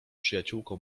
przyjaciółką